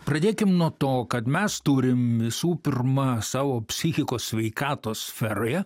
pradėkim nuo to kad mes turim visų pirma savo psichikos sveikatos sferoje